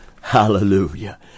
Hallelujah